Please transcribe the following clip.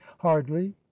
hardly